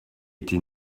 été